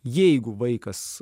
jeigu vaikas